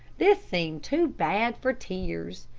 this seemed too bad for tears.